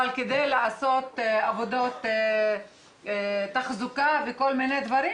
אבל כדי לעשות עבודות תחזוקה וכל מיני דברים,